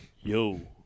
Yo